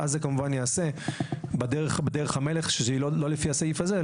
ואז זה כמובן ייעשה בדרך המלך שהיא לא לפי הסעיף הזה,